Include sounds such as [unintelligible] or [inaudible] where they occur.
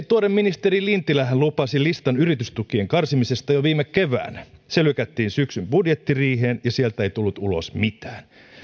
[unintelligible] tuore ministeri lintilähän lupasi listan yritystukien karsimisesta jo viime keväänä se lykättiin syksyn budjettiriiheen ja sieltä ei tullut ulos mitään